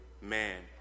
man